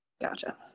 Gotcha